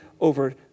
over